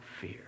fear